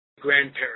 grandparents